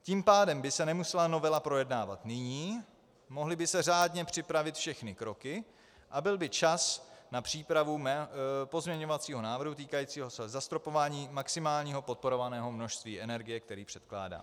Tím pádem by se nemusela novela projednávat nyní, mohly by se řádně připravit všechny kroky a byl by čas na přípravu pozměňovacího návrhu týkajícího se zastropování maximálního podporovaného množství energie, který předkládám.